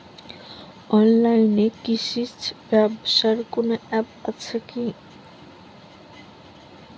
অনলাইনে কৃষিজ ব্যবসার কোন আ্যপ আছে কি?